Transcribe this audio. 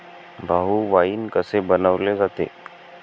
भाऊ, वाइन कसे बनवले जाते?